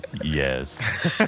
Yes